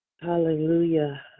Hallelujah